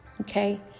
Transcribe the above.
Okay